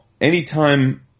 anytime